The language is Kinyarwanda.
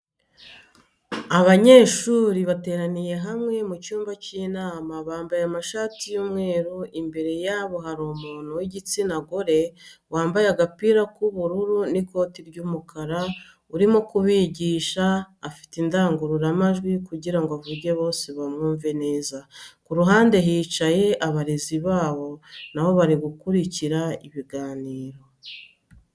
Abanyeshuri bateraniye hamwe mu cyumba cy'inama bambaye amashati y'umweru imbere yabo hari umuntu w'igitsina gore wambaye agapira k'ubururu n'ikoti ry'umukara urimo kubigisha afite indangururamajwi kugirango avuge bose bamwumve neza ku ruhande hicaye abarezi babo nabo bari gukurikira ikiganiro.